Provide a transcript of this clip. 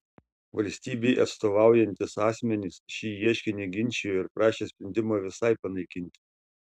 valstybei atstovaujantys asmenys šį ieškinį ginčijo ir prašė sprendimą visai panaikinti